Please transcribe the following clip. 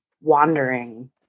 wandering